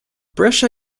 brescia